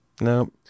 No